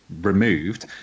removed